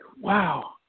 wow